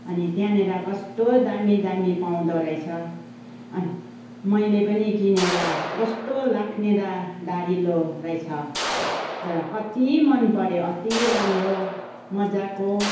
अनि त्यहाँनिर कस्तो दामी दामी पाउँदो रहेछ अनि मैले पनि किनेर कस्तो लाग्ने र धारिलो रहेछ तर कति मन पऱ्यो अति राम्रो मजाको